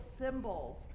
symbols